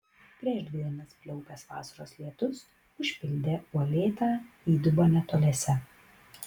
prieš dvi dienas pliaupęs vasaros lietus užpildė uolėtą įdubą netoliese